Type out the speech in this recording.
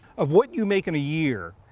of what you make in a year,